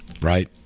Right